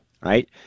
right